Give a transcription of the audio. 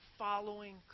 following